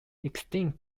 extinct